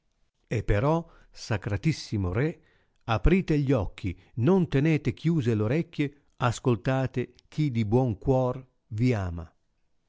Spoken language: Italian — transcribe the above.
e però sacratissimo re aprite gli occhi non tenete chiuse l'orecchie ascoltate chi di buon cuor vi ama